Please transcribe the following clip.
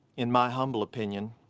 in my humble opinion,